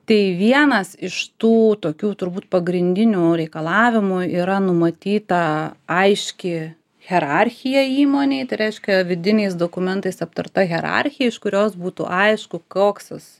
tai vienas iš tų tokių turbūt pagrindinių reikalavimų yra numatyta aiški hierarchija įmonei tai reiškia vidiniais dokumentais aptarta hierarchija iš kurios būtų aišku koks jis